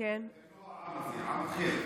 אחר מהאזרחים, הערבים, והם לא העם זה, הם עם אחר.